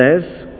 says